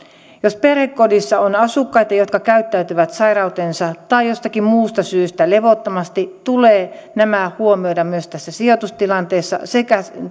jos perhekodissa on asukkaita jotka käyttäytyvät sairautensa vuoksi tai jostakin muusta syystä levottomasti tulee nämä huomioida myös tässä sijoitustilanteessa